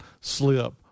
slip